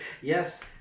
yes